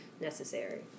necessary